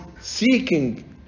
seeking